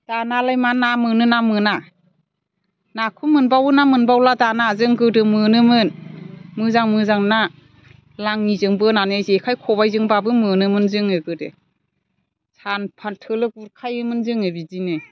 दानालाय मा ना मोनो ना मोना नाखौ मोनबावो ना मोनबावला दाना जों गोदो मोनोमोन मोजां मोजां ना लाङिजों बोनानै जेखाइ खबाइजोंबाबो मोनो मोन जोङो गोदो सानफा थोलो गुरखायोमोन जोङो बिदिनो